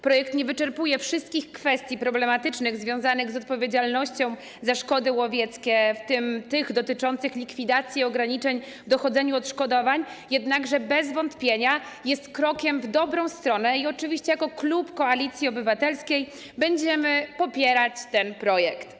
Projekt nie wyczerpuje wszystkich kwestii problematycznych związanych z odpowiedzialnością za szkody łowieckie, w tym tych dotyczących likwidacji ograniczeń w dochodzeniu odszkodowań, jednakże bez wątpienia jest krokiem w dobrą stronę i oczywiście jako klub Koalicji Obywatelskiej będziemy popierać ten projekt.